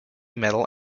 metal